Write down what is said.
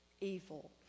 evil